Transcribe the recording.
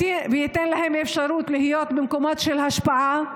וייתן להם אפשרות להיות במקומות של השפעה.